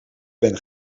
ben